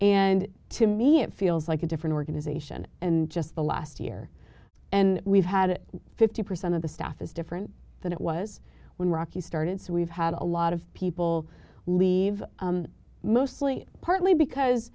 and to me it feels like a different organization and just the last year and we've had it fifty percent of the staff is different than it was when rocky started so we've had a lot of people leave mostly partly because